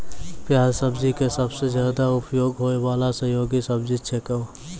प्याज सब्जी के सबसॅ ज्यादा उपयोग होय वाला सहयोगी सब्जी छेकै